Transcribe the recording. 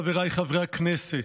חבריי חברי הכנסת,